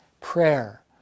prayer